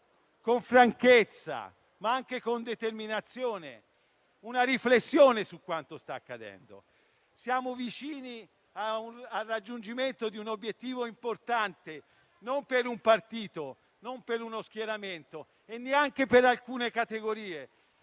con franchezza, ma anche con determinazione, una riflessione su quanto sta accadendo. Siamo vicini al raggiungimento di un obiettivo importante, non per un partito, non per uno schieramento e neanche per alcune categorie,